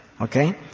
Okay